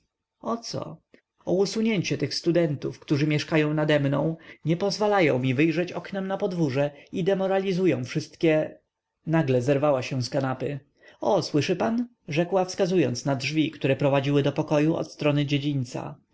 o co o usunięcie tych studentów którzy mieszkają nademną nie pozwalają mi wyjrzeć oknem na podwórze i demoralizują wszystkie nagle zerwała się z kanapy o słyszy pan rzekła wskazując na drzwi które prowadziły do pokoju od strony dziedzińca